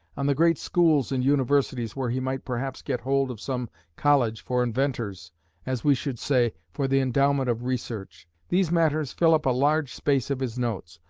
on the great schools and universities, where he might perhaps get hold of some college for inventors as we should say, for the endowment of research. these matters fill up a large space of his notes.